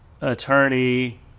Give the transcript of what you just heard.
attorney